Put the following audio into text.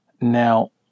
Now